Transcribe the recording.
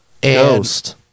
Ghost